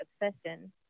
Obsession